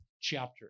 chapter